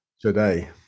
today